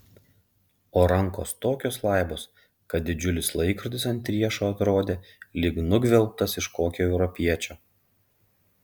o rankos tokios laibos kad didžiulis laikrodis ant riešo atrodė lyg nugvelbtas iš kokio europiečio